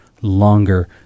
longer